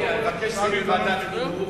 אני מבקש שזה יהיה בוועדת חינוך.